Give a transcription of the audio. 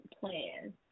plan